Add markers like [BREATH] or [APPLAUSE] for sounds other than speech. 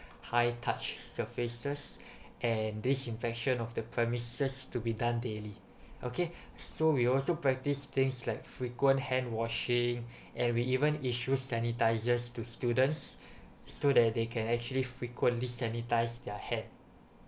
hi touch surfaces [BREATH] and this infection of the premises to be done daily okay [BREATH] so we also practice things like frequent hand washing [BREATH] and we even issues sanitiser to students [BREATH] so that they can actually frequently sanitize their hand